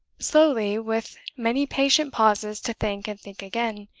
slowly, with many patient pauses to think and think again,